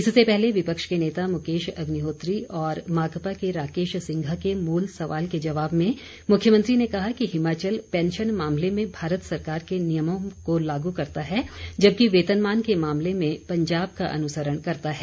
इससे पहले विपक्ष के नेता मुकेश अग्निहोत्री और माकपा के राकेश सिंघा के मूल सवाल के जवाब में मुख्यमंत्री ने कहा कि हिमाचल पेंशन मामले में भारत सरकार के नियमों को लागू करता है जबकि वेतनमान के मामले में पंजाब का अनुसरण करता है